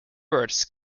words